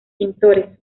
pintores